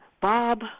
Bob